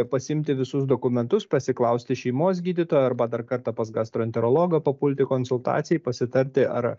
pasiimti visus dokumentus pasiklausti šeimos gydytojo arba dar kartą pas gastroenterologą papulti konsultacijai pasitarti ar